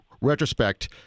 retrospect